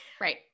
Right